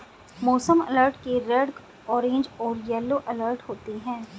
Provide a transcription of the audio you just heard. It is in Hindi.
मौसम अलर्ट के रेड ऑरेंज और येलो अलर्ट होते हैं